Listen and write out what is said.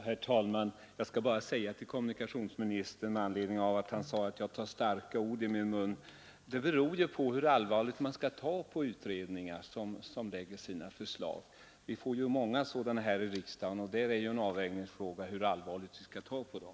Herr talman! Kommunikationsministern sade att jag tog starka ord i min mun. Om man använder starka ord eller inte beror på hur allvarligt man tar på utredningar som lägger fram förslag. Vi får många sådana förslag här i kammaren, och det är en avvägningsfråga hur allvarligt vi betraktar dem.